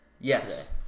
Yes